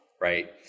Right